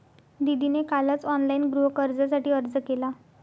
दीदीने कालच ऑनलाइन गृहकर्जासाठी अर्ज केला